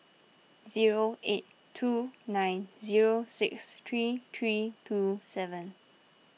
zero eight two nine zero six three three two seven